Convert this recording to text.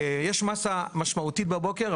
יש מסה משמעותית בבוקר,